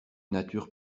nature